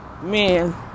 man